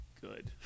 good